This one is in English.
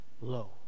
low